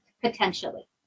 potentially